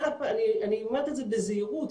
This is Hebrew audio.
אני אומרת את זה בזהירות,